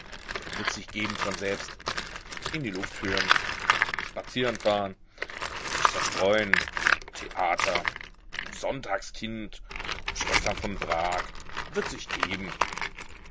wird sich geben von selbst in die luft führen spazieren fahren sich zerstreuen theater sonntagskind schwestern von prag wird sich geben